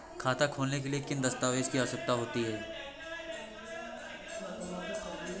खाता खोलने के लिए किन दस्तावेजों की आवश्यकता होती है?